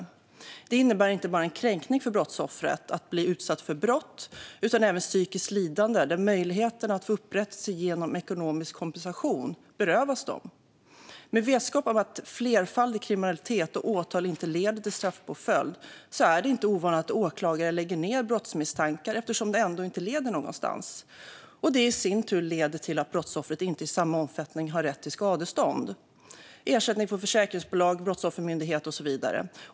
Att bli utsatt för brott innebär inte bara en kränkning utan även psykiskt lidande för brottsoffren, då de berövas möjligheten att få upprättelse genom ekonomisk kompensation. Med vetskap om att flerfaldig kriminalitet och åtal inte leder till straffpåföljd är det inte ovanligt att åklagare lägger ned brottsutredningar eftersom de ändå inte leder någonstans. Det i sin tur leder till att brottsoffret inte i samma omfattning har rätt till skadestånd, ersättning från försäkringsbolag, Brottsoffermyndigheten och så vidare.